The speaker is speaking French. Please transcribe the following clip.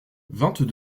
vingt